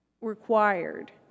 required